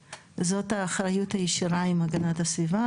זה עניין של --- זאת האחריות הישירה של המשרד להגנת הסביבה,